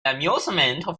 amusement